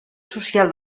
social